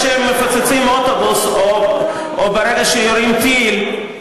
ברגע שהם מפוצצים אוטובוס או ברגע שהם יורים טיל,